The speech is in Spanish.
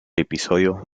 episodio